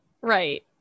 right